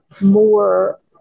more